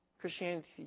Christianity